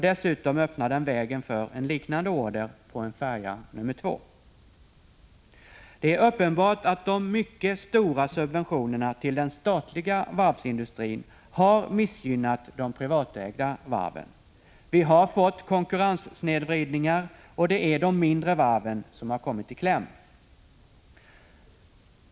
Dessutom öppnar den vägen för en liknande order på en färja nr 2. Det är uppenbart att de mycket stora subventionerna till den statliga varvsindustrin har missgynnat de privatägda varven. Vi har fått konkurrenssnedvridningar, och det är de mindre varven som har kommit i kläm.